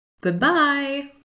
Goodbye